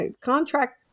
contract